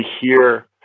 hear